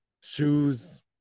shoes